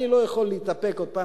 אני לא יכול להתאפק עוד פעם,